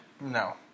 no